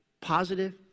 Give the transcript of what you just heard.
positive